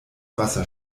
wasser